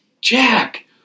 Jack